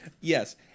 Yes